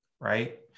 right